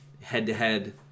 head-to-head